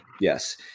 Yes